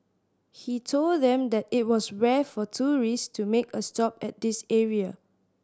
he told them that it was rare for tourist to make a stop at this area